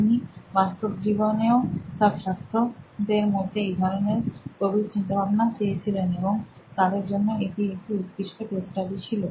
তিনি বাস্তব জীবনেও তাঁর ছাত্রদের মধ্যে এই ধরণের গভীর চিন্তা ভাবনা চেয়েছিলেন এবং তাদের জন্য এটি একটি উৎকৃষ্ট কেস স্টাডি ছিল